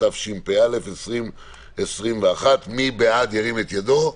התשפ"א 2021. מי בעד ירים את ידו?